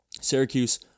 Syracuse